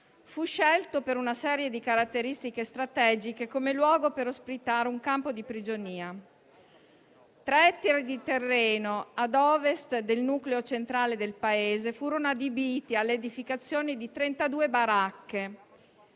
fu scelto per una serie di caratteristiche strategiche come luogo per ospitare un campo di prigionia. Tre ettari di terreno a Ovest del nucleo centrale del paese furono adibiti all'edificazione di trentadue